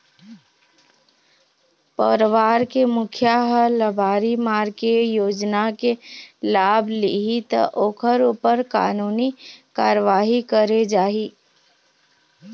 परवार के मुखिया ह लबारी मार के योजना के लाभ लिहि त ओखर ऊपर कानूनी कारवाही करे जाही